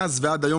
האם מאז ועד היום,